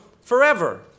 forever